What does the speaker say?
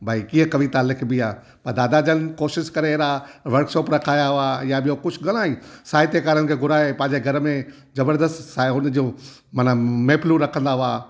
भाई कीअं कविता लिखबी आहे पर दादाजन कोशिशि करे रहा वर्कशोप रखाया हुआ या ॿियो कुछ घणेई साहित्यकारनि खे घुराये पंहिंजे घर में जबरदस्तु साईं हुनजो मना महफिलूं रखंदा हुआ